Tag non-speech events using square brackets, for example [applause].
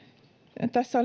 tässä [unintelligible]